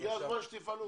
--- הגיע הזמן שתפעלו.